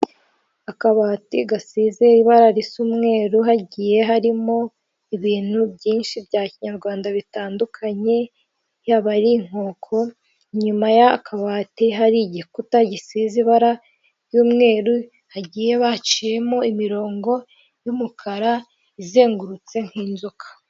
Akabati gasize ibara risa umweru hagiye harimo ibintu byinshi bya kinyarwanda bitandukanye, yaba ari inkoko. Inyuma y'akabati hari igikuta gisize ibara ry'umweru hagiye haciyemo imirongo y'umukara izengurutse nk'inzoka.